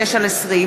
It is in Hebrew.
משה גפני,